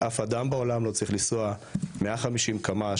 אף אדם בעולם לא צריך לנסוע 150 קמ"ש,